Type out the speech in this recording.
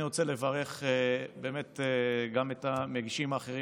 אני רוצה לברך באמת גם את המגישים האחרים